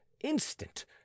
instant